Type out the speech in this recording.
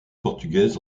portugaise